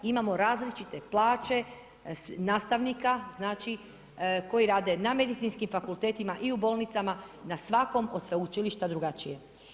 Imamo različite plaće nastavnika znači koji rade na medicinskim fakultetima i na bolnicama, na svakom od sveučilišta drugačije.